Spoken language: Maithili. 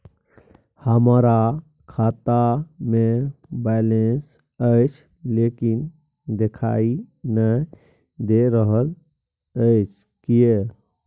हमरा खाता में बैलेंस अएछ लेकिन देखाई नय दे रहल अएछ, किये?